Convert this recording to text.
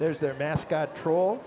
there's their mascot trol